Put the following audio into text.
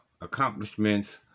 accomplishments